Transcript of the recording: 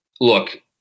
look